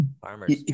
Farmer's